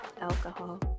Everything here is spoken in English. Alcohol